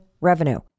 revenue